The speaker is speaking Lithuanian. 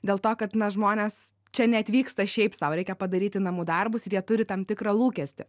dėl to kad na žmonės čia neatvyksta šiaip sau reikia padaryti namų darbus ir jie turi tam tikrą lūkestį